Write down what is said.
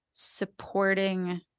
Supporting